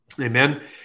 Amen